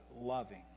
loving